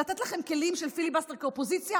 לתת לכם כלים של פיליבסטר כאופוזיציה?